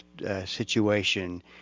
situation